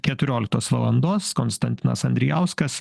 keturioliktos valandos konstantinas andrijauskas